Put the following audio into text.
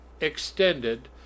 extended